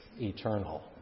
eternal